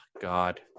God